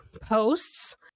posts